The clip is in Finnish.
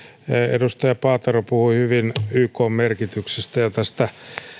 edustaja paatero puhui hyvin ykn merkityksestä ja tästä